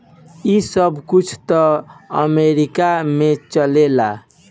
ई सब कुल त अमेरीका में चलेला